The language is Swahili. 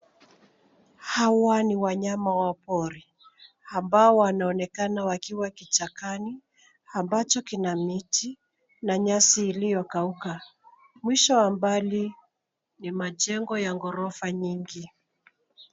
Hawa ni wanyama wa pori ambao wanaonekana wakiwa kichakani ambacho kina miti na nyasi iliyokauka. Mwisho wa mbali, ni majengo ya ghorofa nyingi.